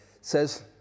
says